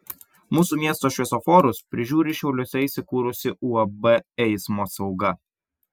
mūsų miesto šviesoforus prižiūri šiauliuose įsikūrusi uab eismo sauga